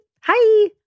Hi